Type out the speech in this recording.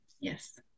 Yes